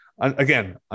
Again